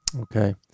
okay